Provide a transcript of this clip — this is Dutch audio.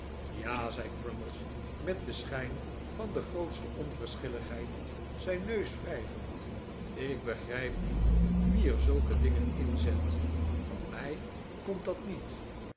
ja zei crummies met den schijn van de grootste onverschilligheid zijn neus wrijvend ik begrijp niet wie er zulke dingen inzet van mij komt dat niet